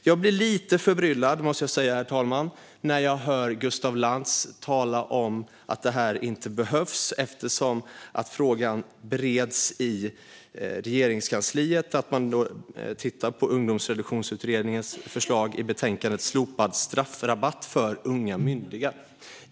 Jag måste säga att jag blir lite förbryllad, herr talman, när jag hör Gustaf Lantz tala om att detta inte behövs eftersom frågan bereds i Regeringskansliet och man tittar på Ungdomsreduktionsutredningens förslag i betänkandet Slopad straffrabatt för unga myndiga .